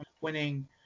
Winning